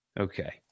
Okay